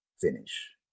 finish